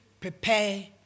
prepare